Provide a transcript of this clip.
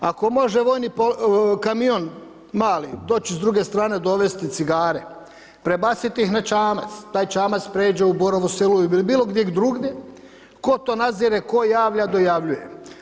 Ako može vojni kamion, mali, doći s druge strane, dovesti cigare, prebaciti ih na čamac, taj čamac pređe u Borovu Selu ili bilo gdje drugdje, tko to nadzire, tko javlja, dojavljuje.